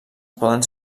poden